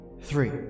Three